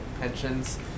pensions